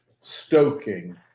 stoking